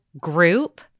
group